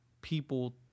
people